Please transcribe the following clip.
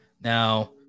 now